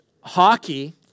hockey